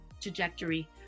trajectory